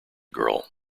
girl